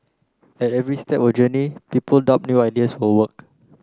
at every step of the journey people doubt new ideas will work